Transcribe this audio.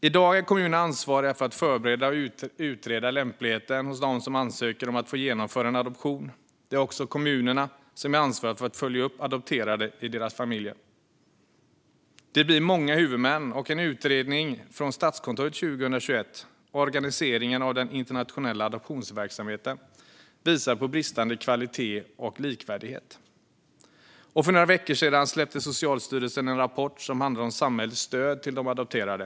I dag är kommunerna ansvariga för att förbereda och utreda lämpligheten hos dem som ansöker om att få genomföra en adoption. Det är också kommunerna som är ansvariga för att följa upp adopterade i deras familjer. Det blir många huvudmän, och en utredning från Statskontoret 2021, Organiseringen av den internationella adoptionsverksamheten , visar på bristande kvalitet och likvärdighet. För några veckor sedan släppte dessutom Socialstyrelsen en rapport som handlar om samhällets stöd till de adopterade.